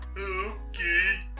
Okay